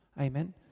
amen